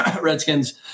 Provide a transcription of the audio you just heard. Redskins